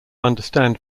understand